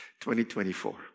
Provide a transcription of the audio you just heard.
2024